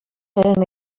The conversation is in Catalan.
eren